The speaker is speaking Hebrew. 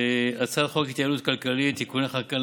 ההצעה קיבלה פטור מחובת הנחה,